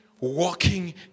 walking